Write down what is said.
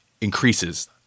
increases